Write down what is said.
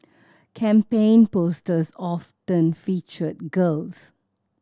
campaign posters often featured girls